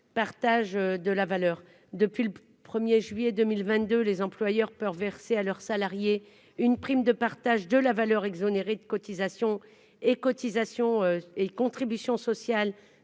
partage de la valeur depuis le 1er juillet 2022, les employeurs peur verser à leurs salariés une prime de partage de la valeur exonérée de cotisations et cotisations et contributions sociales